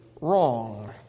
wrong